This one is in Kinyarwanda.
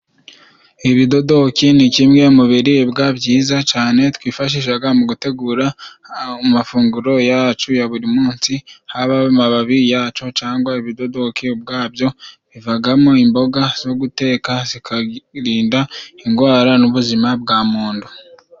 Ibidodoki ni kimwe mu biribwa byiza cane twifashishaga mu gutegura amafunguro yacu ya buri munsi, haba amababi yaco cyangwa ibidodoke ubwabyo. Bivagamo imboga zo guteka, zikarinda indwara n'ubuzima bwa muntu.